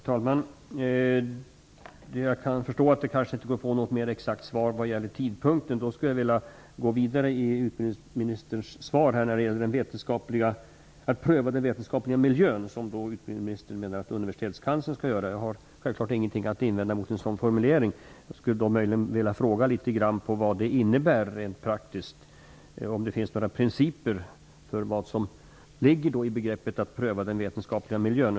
Fru talman! Jag kan förstå att det inte går att få något mer exakt svar när det gäller tidpunkten. Jag skulle vilja gå vidare i utbildningsministerns svar när det gäller prövningen av den vetenskapliga miljön, som utbildningsministern menar att universitetskanslern skall göra. Jag har självfallet ingenting att invända mot en sådan formulering. Jag skulle möjligen vilja veta vad det innebär rent praktiskt, om det finns några principer för vad som ligger i begreppet att pröva den vetenskapliga miljön.